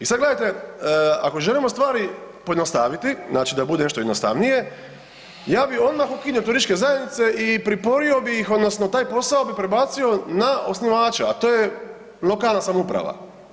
I sad gledajte, ako želimo stvari pojednostaviti, znači da bude nešto jednostavnije ja bi onda ukinuo turističke zajednice i pripojio bi ih odnosno taj posao bih prebacio na osnivača, a to je lokalna samouprava.